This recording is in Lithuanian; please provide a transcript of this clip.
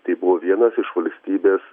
tai buvo vienas iš valstybės